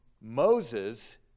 Moses